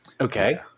Okay